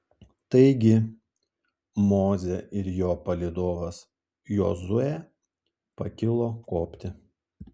taigi mozė ir jo palydovas jozuė pakilo kopti